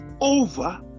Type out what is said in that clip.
over